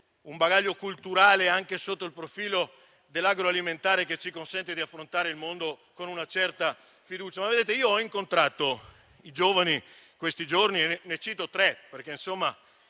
un bagaglio culturale anche sotto il profilo dell'agroalimentare che ci permette di affrontare il mondo con una certa fiducia. In questi giorni ho incontrato dei giovani: ne cito tre, perché mi